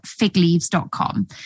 FigLeaves.com